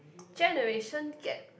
generation gap